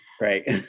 Right